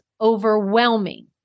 overwhelming